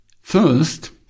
First